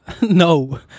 No